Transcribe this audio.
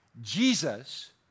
Jesus